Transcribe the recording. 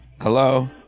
Hello